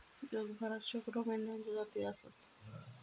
जगभरात शेकडो मेंढ्यांच्ये जाती आसत